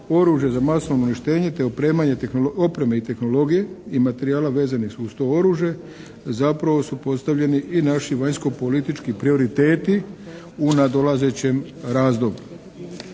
oružja za masovno uništenje te opremanje, opreme i tehnologije i materijala vezanih uz to oružje zapravo su postavljeni i naši vanjsko-politički prioriteti u nadolazećem razdoblju.